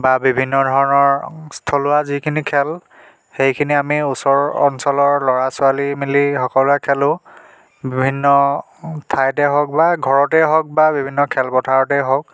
বা বিভিন্ন ধৰণৰ স্থলুৱা যিখিনি খেল সেইখিনি আমি ওচৰৰ অঞ্চলৰ ল'ৰা ছোৱালী মিলি সকলোৱে খেলোঁ বিভিন্ন ঠাইতে হওক বা ঘৰতেই হওক বা বিভিন্ন খেলপথাৰতেই হওক